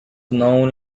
known